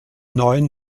neun